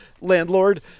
landlord